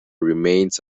remains